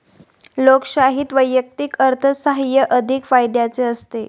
लोकशाहीत वैयक्तिक अर्थसाहाय्य अधिक फायद्याचे असते